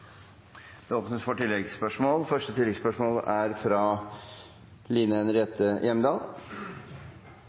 Det åpnes for oppfølgingsspørsmål – først Line Henriette Hjemdal.